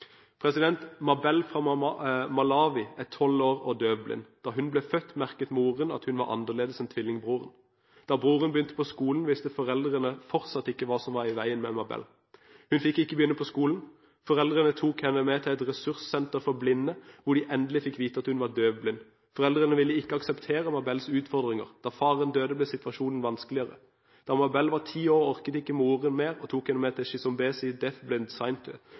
er tolv år og døvblind. Da hun ble født, merket moren at hun var annerledes enn tvillingbroren. Da broren begynte på skolen, visste foreldrene fortsatt ikke hva som var i veien med Mabel. Hun fikk ikke begynne på skolen. Foreldrene tok henne med til et ressurssenter for blinde, hvor de endelig fikk vite at hun var døvblind. Foreldrene ville ikke akseptere Mabels utfordringer. Da faren døde, ble situasjonen enda vanskeligere. Da Mabel var ti år orket ikke moren mer og tok